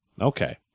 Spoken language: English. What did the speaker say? Okay